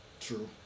True